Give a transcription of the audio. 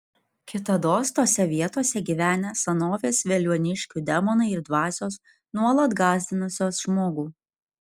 kitados tose vietose gyvenę senovės veliuoniškių demonai ir dvasios nuolat gąsdinusios žmogų